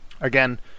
again